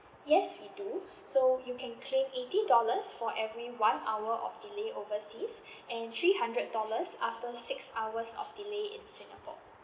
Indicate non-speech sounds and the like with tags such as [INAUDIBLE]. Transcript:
yes we do so you can claim eighty dollars for every one hour of delay overseas [BREATH] and three hundred dollars after six hours of delay in singapore